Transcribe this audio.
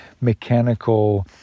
mechanical